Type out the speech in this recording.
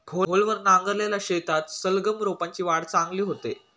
खोलवर नांगरलेल्या शेतात सलगम रोपांची वाढ चांगली होते